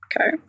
Okay